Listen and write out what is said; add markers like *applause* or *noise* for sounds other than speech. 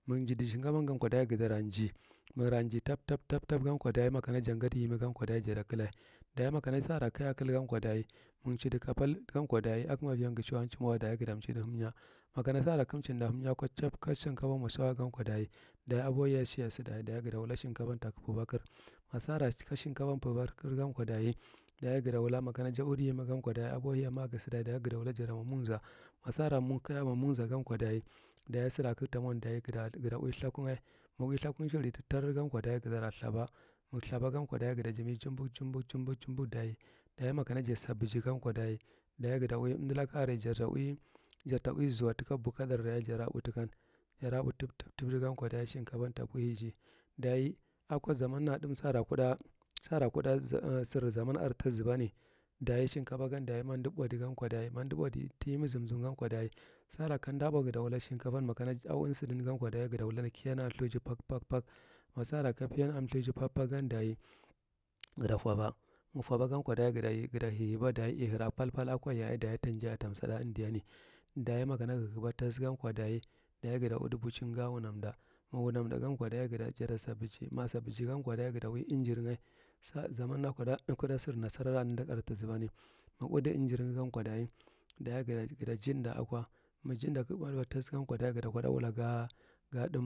Maga jidi shinkabo gan ko daye ofata jiye, ma gala alye tab, tab, tab, gan ko daye ma ja gadi temi iyan ko daye ja ta kle, daye ma kana sara ka ja kle gan ko daye ma ga chidi ka pal gan ko daye a kumavigan ga chuwa chuhuwa dage gata chi hinya ma ka no sara ka ga chida himya chit ka shinkabo gan mo shawa ko daye aboheya shaya sudda ga ta wula shinkabo to pur ba kir, ma sara ka shimkabon purba kir gan ko daye ga ta wula makana ja udi yemi gag ko aboheya magu sudda daye jata mo monza ma sara ka ja mo anonza gan ko daye sira ka ga to mon dayu ga to uwi thukugha mogis uwi thukum chiridi trar gam ko daye ga ta la thuba magu thuba gan ko haye ga to junme chibok, chibok chibok daye ma kana ja sabiji gan ko daye bakku dar daye gar pur tikan jar pur tab, tab, gan ko daya shinkabon apurshiji, daye a ko zaman na thim koda sir zaman are ta zubani daye shinkabo daye mo umdi bolhdi tiyeni zirtim gan ko daye sora kamda both ma ait sinko gata wula kiyam na thūji pak, pak, me sara ka kiyana thuji gan ko daye ga to pur ba, ma ga four ba ganko daye ga ta hihiba daye uwihira pathur, pathur, pathur, aken daye ta jaye ata sada indiani, daye ma ka na ya hihiba thas gan ko daye ga to udi buchin ga usuhande ma ga wunanda gan ko daye jata sa biji yan ko daye gato uwi indir ga zammn ra thions kuda sir nasara ta zuba daye ga to uwi indir a gan ko dage ga to jida a ko. *unintelligible*